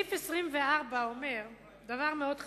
סעיף 24 אומר דבר מאוד חמור: